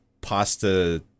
pasta